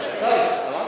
שיהיה שר האוצר.